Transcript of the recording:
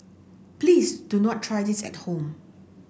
please do not try this at home